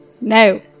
No